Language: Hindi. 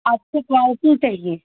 अच्छी क्वालिटी चाहिए